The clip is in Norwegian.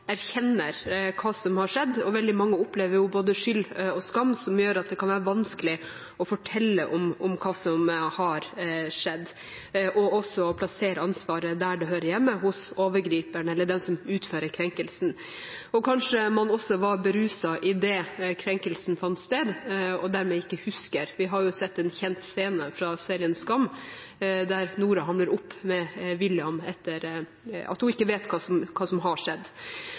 erkjenner hva som har skjedd, og veldig mange opplever både skyld og skam, som gjør at det kan være vanskelig å fortelle om hva som har skjedd, og også plassere ansvaret der det hører hjemme, hos overgriperen eller den som utfører krenkelsen. Kanskje man også var beruset idet krenkelsen fant sted, og dermed ikke husker. Vi har jo sett en kjent scene fra serien SKAM, der Noora hamler opp med broren til William, Nikolai, etter at hun ikke vet hva som har skjedd.